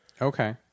Okay